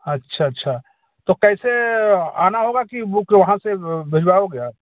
अच्छा अच्छा तो कैसे आना होगा की बुक को वहाँ से ब भिजवाओगे आप